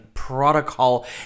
protocol